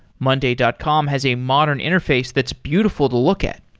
monday dot com has a modern interface that's beautiful to look at.